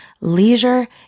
leisure